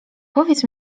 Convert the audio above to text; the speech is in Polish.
powiedz